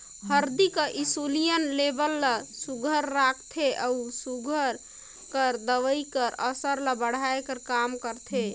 हरदी हर इंसुलिन लेबल ल सुग्घर राखथे अउ सूगर कर दवई कर असर ल बढ़ाए कर काम करथे